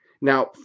Now